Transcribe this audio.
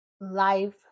life